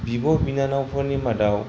बिब' बिनानावफोरनि मादाव